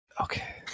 Okay